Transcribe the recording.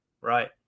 Right